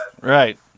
Right